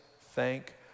thank